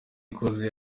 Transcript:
ikoze